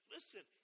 Listen